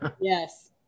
yes